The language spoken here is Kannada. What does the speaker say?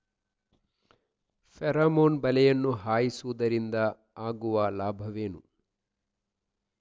ಫೆರಮೋನ್ ಬಲೆಯನ್ನು ಹಾಯಿಸುವುದರಿಂದ ಆಗುವ ಲಾಭವೇನು?